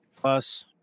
plus